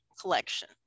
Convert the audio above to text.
collection